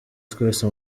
twese